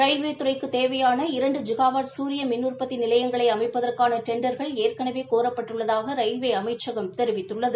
ரயில்வேத் துறைக்குத் தேவையாள இரண்டு ஜிஹாவாட் சூரிய மின் உற்பத்தி நிலையங்களை அமைப்பதற்கான டெண்டர்கள் ஏற்களவே கோரப்பட்டுள்ளதாக ரயில்வே அமைச்சகம் தெரிவித்துள்ளது